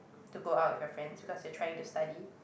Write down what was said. to go out with your friends because you're trying to study